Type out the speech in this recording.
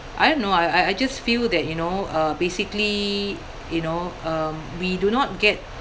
I have no I I just feel that you know uh basically you know um we do not get